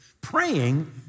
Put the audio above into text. praying